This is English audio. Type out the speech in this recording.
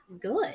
good